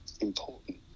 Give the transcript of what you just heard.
important